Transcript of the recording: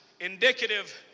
indicative